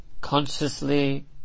consciously